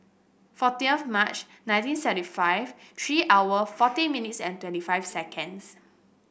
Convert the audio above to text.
fourteenth of March nineteen seventy five three hour forty minutes and twenty five seconds